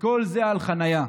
וכל זה על חניה.